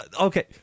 okay